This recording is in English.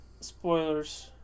Spoilers